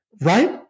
Right